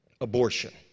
abortion